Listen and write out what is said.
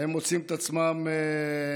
הם מוצאים את עצמם נאבקים.